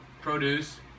produce